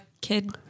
kid